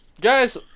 Guys